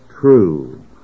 true